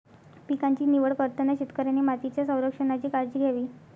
पिकांची निवड करताना शेतकऱ्याने मातीच्या संरक्षणाची काळजी घ्यावी